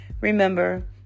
Remember